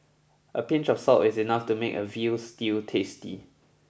a pinch of salt is enough to make a veal stew tasty